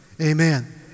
Amen